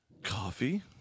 Coffee